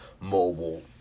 mobile